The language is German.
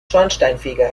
schornsteinfeger